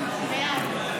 נתקבלה.